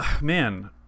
man